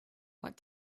what